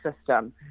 system